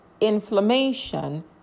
Inflammation